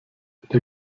der